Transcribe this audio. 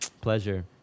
pleasure